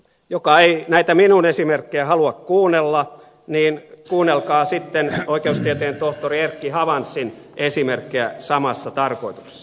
joka ei näitä minun esimerkkejäni halua kuunnella niin kuunnelkaa sitten oikeustieteen tohtori erkki havansin esimerkkejä samassa tarkoituksessa